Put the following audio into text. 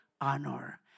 honor